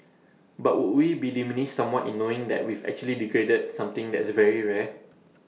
but would we be diminished somewhat in knowing that we've actually degraded that something that's very rare